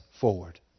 forward